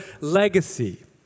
legacy